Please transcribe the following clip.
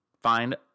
Find